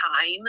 time